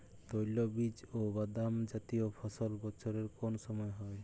তৈলবীজ ও বাদামজাতীয় ফসল বছরের কোন সময় হয়?